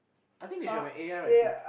I think they should have an A_I right to